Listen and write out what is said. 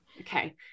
Okay